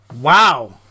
Wow